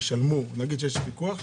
שנגיד שיש ויכוח,